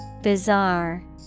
Bizarre